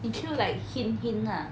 you cannot like hint hint lah